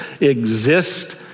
exist